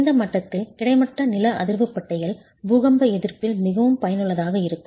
இந்த மட்டத்தில் கிடைமட்ட நில அதிர்வு பட்டைகள் பூகம்ப எதிர்ப்பில் மிகவும் பயனுள்ளதாக இருக்கும்